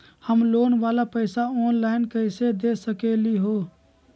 हम लोन वाला पैसा ऑनलाइन कईसे दे सकेलि ह?